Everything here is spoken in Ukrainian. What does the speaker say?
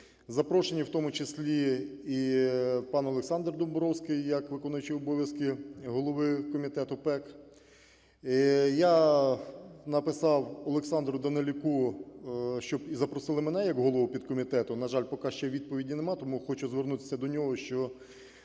Запрошені, в тому числі, і пан Олександр Домбровський як виконуючий обов'язки голови комітету ПЕК. Я написав Олександру Данилюку, щоб запросили і мене як голову підкомітету. На жаль, поки що відповіді нема, тому хочу звернутися до нього, що